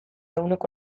ehuneko